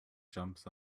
jumps